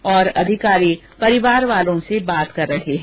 और अधिकारी परिवार वालों से बात कर रहे हैं